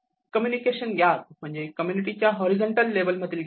communication gap म्हणजे कम्युनिटीच्या horizontal level मधील गॅप